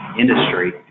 industry